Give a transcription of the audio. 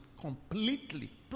completely